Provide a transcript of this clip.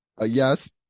Yes